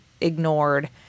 ignored